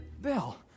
Bill